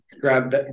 grab